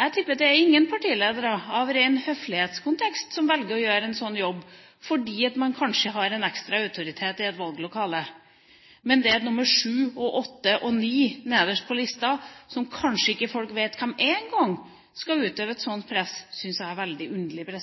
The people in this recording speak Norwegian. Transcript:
Jeg tipper at det er ingen partiledere – av ren høflighetskontekst – som velger å gjøre en sånn jobb, fordi man kanskje har en ekstra autoritet i et valglokale, men det at nr. 7, 8 og 9 nederst på lista, som kanskje ikke folk vet hvem er engang, skal utøve et slikt press, syns jeg er veldig underlig.